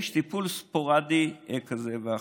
יש טיפול ספורדי כזה ואחר.